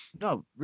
No